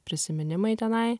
prisiminimai tenai